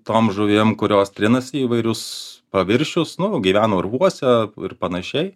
tom žuvim kurios trinasi į įvairius paviršius nu gyvena urvuose ir panašiai